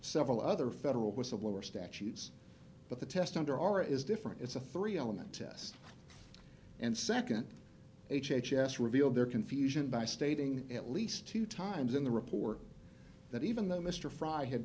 several other federal whistleblower statutes but the test under our is different it's a three element test and second h h s revealed their confusion by stating at least two times in the report that even though mr fry had